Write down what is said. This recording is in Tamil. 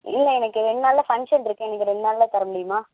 இல்லை எனக்கு ரெண்டு நாளில் ஃபங்க்ஷன் இருக்குது எனக்கு ரெண்டு நாளில் தரமுடியுமா